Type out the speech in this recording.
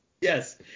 Yes